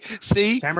See